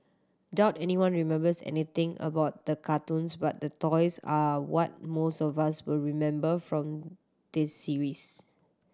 doubt anyone remembers anything about the cartoons but the toys are what most of us will remember from this series